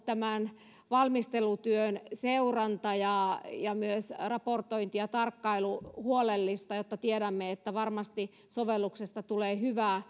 tämän valmistelutyön seuranta ja ja myös raportointi ja tarkkailu huolellista jotta tiedämme että varmasti sovelluksesta tulee